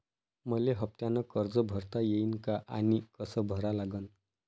मले हफ्त्यानं कर्ज भरता येईन का आनी कस भरा लागन?